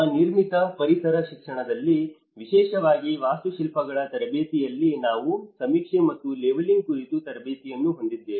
ನಮ್ಮ ನಿರ್ಮಿತ ಪರಿಸರ ಶಿಕ್ಷಣದಲ್ಲಿ ವಿಶೇಷವಾಗಿ ವಾಸ್ತುಶಿಲ್ಪಿಗಳ ತರಬೇತಿಯಲ್ಲಿ ನಾವು ಸಮೀಕ್ಷೆ ಮತ್ತು ಲೆವೆಲಿಂಗ್ ಕುರಿತು ತರಬೇತಿಯನ್ನು ಹೊಂದಿದ್ದೇವೆ